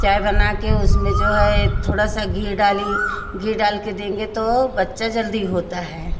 चाय बना के उसमें जो है थोड़ा सा घी डाली घी डाल के देंगे तो बच्चा जल्दी होता है